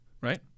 Right